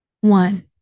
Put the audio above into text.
one